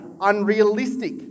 unrealistic